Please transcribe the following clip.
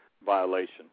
violation